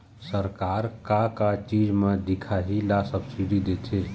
सरकार का का चीज म दिखाही ला सब्सिडी देथे?